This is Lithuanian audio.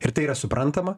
ir tai yra suprantama